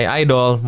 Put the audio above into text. idol